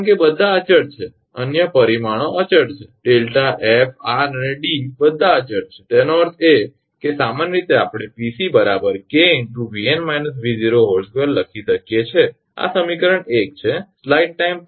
કારણ કે બધા અચળ છે અન્ય પરિમાણો અચળ છે 𝛿 𝑓 𝑟 અને 𝐷 બધા અચળ છે એનો અર્થ એ કે સામાન્ય રીતે આપણે 𝑃𝑐 𝐾𝑉𝑛−𝑉02 લખી શકીએ છીએ આ સમીકરણ 1 છે